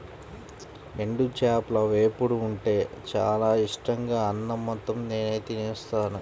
ఎండు చేపల వేపుడు ఉంటే చానా ఇట్టంగా అన్నం మొత్తం నేనే తినేత్తాను